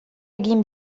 egin